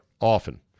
often